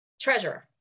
treasurer